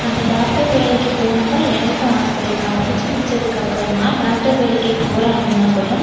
அந்த டாக்டர் வேலைக்கு போகணும்னு தான் எனக்கும் ஆசை இப்போ நான் படிச்சு முடிச்சதுக்கப்புறமா டாக்டர் வேலைக்கு போகிறேன் அப்படினா கூட